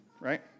right